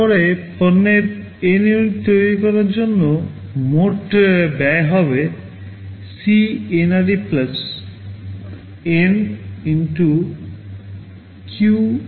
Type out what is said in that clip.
তারপরে পণ্যের N unit তৈরির জন্য মোট ব্যয় হবে CNRE N Cunit